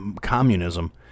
communism